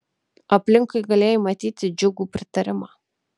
aplinkui galėjai matyt džiugų pritarimą